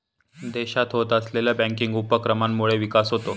देशात होत असलेल्या बँकिंग उपक्रमांमुळे विकास होतो